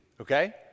Okay